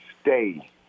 stay